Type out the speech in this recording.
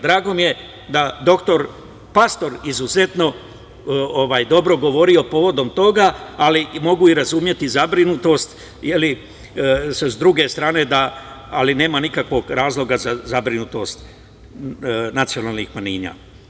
Drago mi je da je dr Pastor izuzetno dobro govorio povodom toga, ali mogu i razumeti zabrinutost sa druge strane, mada nema nikakvog razloga za zabrinutost nacionalnih manjina.